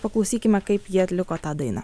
paklausykime kaip ji atliko tą dainą